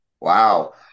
Wow